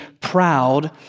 proud